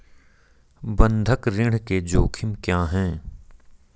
बंधक ऋण के जोखिम क्या हैं?